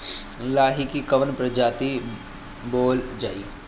लाही की कवन प्रजाति बोअल जाई?